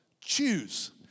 choose